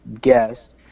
guest